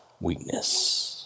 weakness